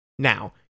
Now